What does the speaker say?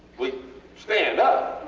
we stand up,